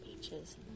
Beaches